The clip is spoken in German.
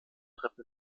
rippe